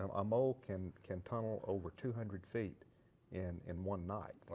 um a mole can can tunnel over two hundred feet in in one night.